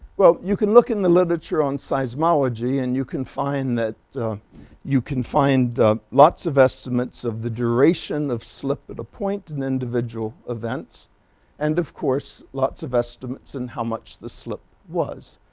well, you can look in the literature on seismology and you can find that you can find lots of estimates of the duration of slip at a point in an individual events and of course lots of estimates and how much the slip was.